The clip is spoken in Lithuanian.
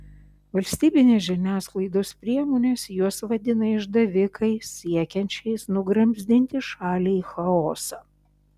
valstybinės žiniasklaidos priemonės juos vadina išdavikais siekiančiais nugramzdinti šalį į chaosą